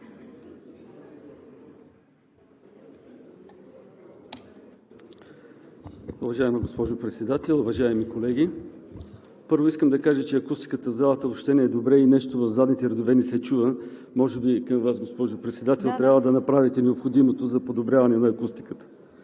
Уважаема госпожо Председател, уважаеми колеги! Първо, искам да кажа, че акустиката в залата въобще не е добра и нещо в задните редове не се чува. Може би към Вас, госпожо Председател, трябва да направите необходимото за подобряване на акустиката.